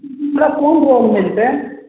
हमरा कोन रोल मिलतै